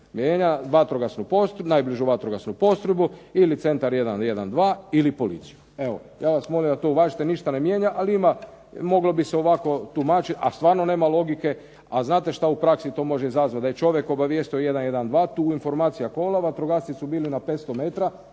se./… vatrogasnu, najbližu vatrogasnu postrojbu ili centar 112 ili policiju. Evo, ja vas molim da to uvažite, ništa ne mijenja ali ima, moglo bi se ovako tumačiti, a stvarno nema logike, a znate šta u praksi to može izazvati, da je čovjek obavijestio 112, tu informacija kola, vatrogasci su bili na 500 metara,